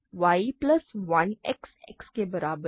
y plus 1 X X के बराबर है